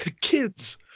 kids